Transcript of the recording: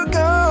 go